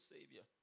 Savior